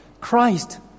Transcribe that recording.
Christ